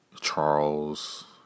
charles